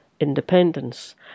Independence